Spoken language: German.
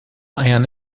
eiern